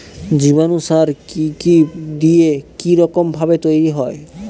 জীবাণু সার কি কি দিয়ে কি রকম ভাবে তৈরি হয়?